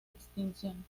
extinción